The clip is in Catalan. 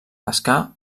pescar